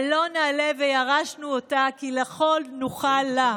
"עלה נעלה וירשנו אתה כי יכול נוכל לה".